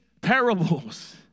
parables